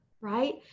right